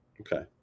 okay